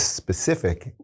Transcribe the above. Specific